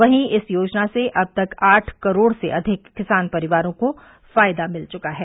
वहीं इस योजना से अब तक आठ करोड़ से अधिक किसान परिवारों को फायदा मिल चुका है